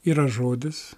yra žodis